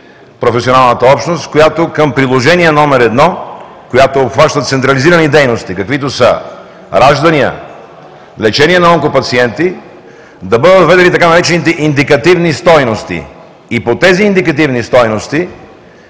професионалната общност, която към Приложение № 1 обхващаща централизирани дейности, каквито са раждания, лечение на онкопациенти, да бъдат въведени така наречените „индикативни стойности“ и по тези индикативни стойности